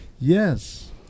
Yes